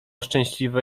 szczęśliwe